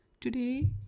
today